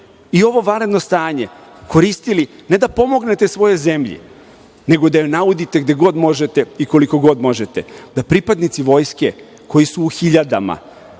i ovo vanredno stanje, koristili, ne da pomognete svojoj zemlji, nego da joj naudite gde god možete i koliko god možete. Da pripadnici Vojske, koji u hiljadama,